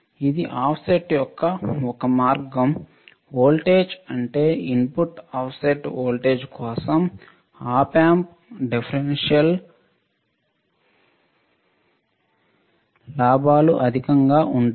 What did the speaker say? ఇది ఆఫ్సెట్ యొక్క ఒక మార్గం వోల్టేజ్ అంటే ఇన్పుట్ ఆఫ్సెట్ వోల్టేజ్ కోసం ఆప్ ఆంప్ డిఫరెన్షియల్ లాభాలు అధికంగా ఉంటాయి